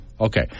Okay